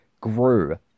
grew